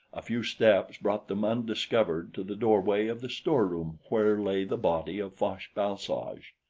a few steps brought them undiscovered to the doorway of the storeroom where lay the body of fosh-bal-soj.